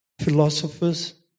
philosophers